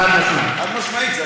חד-משמעית.